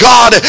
God